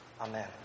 Amen